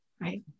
right